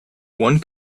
one